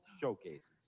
showcases